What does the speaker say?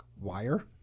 wire